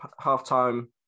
half-time